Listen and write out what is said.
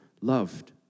loved